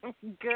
good